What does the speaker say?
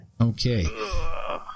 Okay